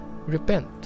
repent